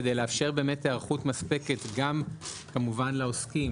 כדי לאפשר באמת היערכות מספקת גם כמובן לעוסקים,